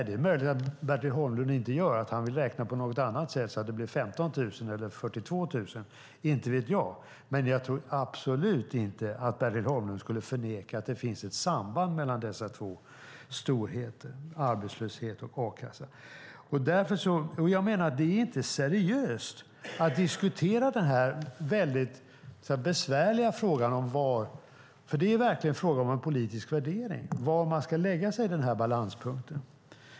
Det är möjligt att Bertil Holmlund inte gör det utan att han vill räkna på något annat sätt så att det blir 15 000 eller 42 000. Jag vet inte. Men jag tror absolut inte att Bertil Holmlund skulle förneka att det finns ett samband mellan dessa två storheter, alltså arbetslöshet och a-kassa. Jag menar att det inte är seriöst att diskutera denna besvärliga fråga om var man ska lägga denna balanspunkt, för det är verkligen fråga om en politisk värdering.